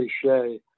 cliche